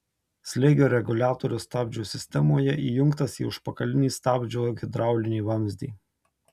slėgio reguliatorius stabdžių sistemoje įjungtas į užpakalinį stabdžio hidraulinį vamzdį